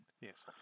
Yes